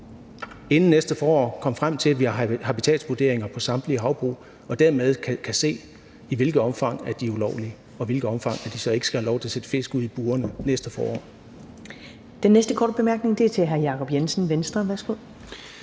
inden næste forår komme frem til, at vi har habitatsvurderinger på samtlige havbrug, og dermed kan se, i hvilket omfang de er ulovlige, og i hvilket omfang de så ikke skal have lov til at sætte fisk ud i burerne næste forår. Kl. 14:44 Første næstformand (Karen Ellemann): Den næste